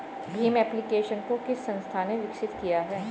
Bhim application को किस संस्था ने विकसित किया है?